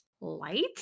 Light